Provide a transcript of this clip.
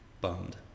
bummed